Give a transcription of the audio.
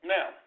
Now